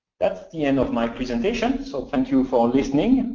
that's the end of my presentation. so thank you for listening.